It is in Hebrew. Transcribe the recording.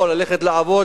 או ללכת לעבוד,